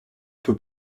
peut